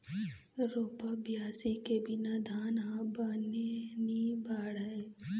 रोपा, बियासी के बिना धान ह बने नी बाढ़य